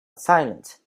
silent